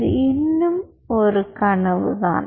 இது இன்னும் ஒரு கனவுதான்